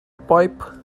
pipe